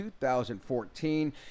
2014